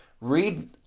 Read